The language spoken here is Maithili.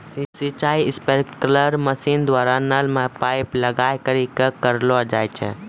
सिंचाई स्प्रिंकलर मसीन द्वारा नल मे पाइप लगाय करि क करलो जाय छै